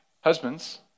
husbands